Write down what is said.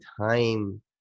time